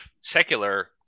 secular